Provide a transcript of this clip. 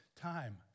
time